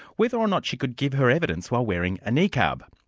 whether or not she could give her evidence while wearing a niqab.